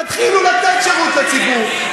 תתחילו לתת שירות לציבור,